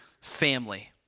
family